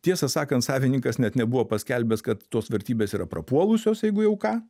tiesą sakant savininkas net nebuvo paskelbęs kad tos vertybės yra prapuolusios jeigu jau ką